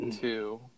two